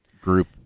group